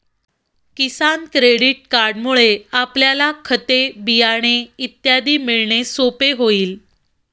किसान credit कार्डमुळे आपल्याला खते, बियाणे इत्यादी मिळणे सोपे होईल